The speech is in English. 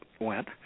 went